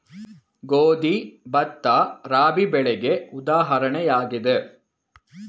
ಗೋಧಿ, ಭತ್ತ, ರಾಬಿ ಬೆಳೆಗೆ ಉದಾಹರಣೆಯಾಗಿದೆ